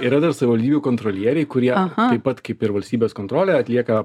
yra dar savivaldybių kontrolieriai kurie taip pat kaip ir valstybės kontrolė atlieka